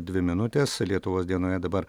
dvi minutės lietuvos dienoje dabar